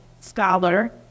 scholar